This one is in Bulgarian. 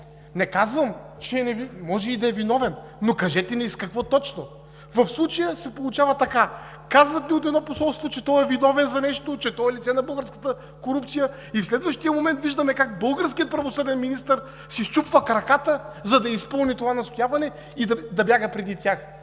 е невинен, може и да е виновен, но кажете ми с какво точно? В случая се получава така: казват ни от едно посолство, че той е виновен за нещо, че той е лице на българската корупция, и в следващия момент виждаме как българският правосъден министър си счупва краката, за да изпълни това настояване и да бяга преди тях.